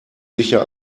sicher